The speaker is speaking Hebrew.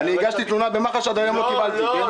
הגשתי תלונה למח"ש ועד היום לא קיבלתי מענה.